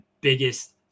biggest